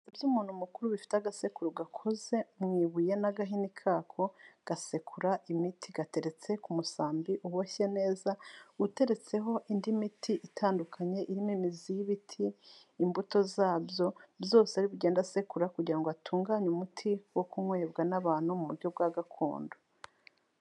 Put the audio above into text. Ibyo umuntu mukuru bifite agasekuru gakoze mu ibuye n'agahini kako gasekura imiti, gateretse ku musambi uboshye neza uteretseho indi miti itandukanye irimo imizi y'ibiti, imbuto zabyo, byose ari kugenda asekura kugira ngo atunganye umuti wo kunywebwa n'abantu mu buryo bwa gakondo.